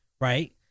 right